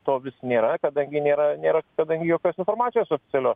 to vis nėra kadangi nėra nėra kadangi jokios informacijos oficialios